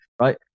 right